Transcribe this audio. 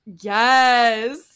Yes